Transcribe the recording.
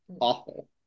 awful